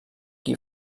qui